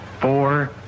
four